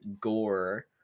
gore